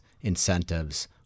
incentives